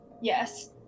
yes